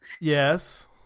Yes